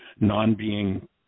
non-being